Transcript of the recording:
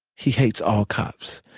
he hates all cops.